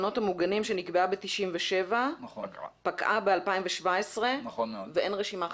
המוגנים שנקבעה ב-1997 פקעה ב-2017 ואין רשימה חדשה.